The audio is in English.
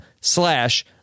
slash